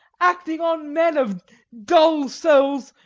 acting on men of dull souls,